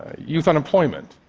youth unemployment,